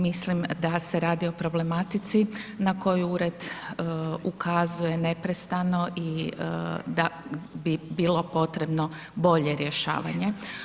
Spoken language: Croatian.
Mislim da se radi o problematici na koju ured ukazuje neprestano i da bi bilo potrebno bolje rješavanje.